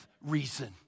reason